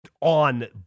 on